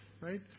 right